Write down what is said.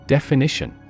Definition